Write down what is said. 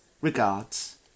Regards